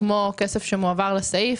כמו כסף שמועבר לסעיף,